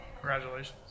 Congratulations